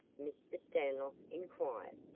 mr. stanlock inquired.